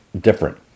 different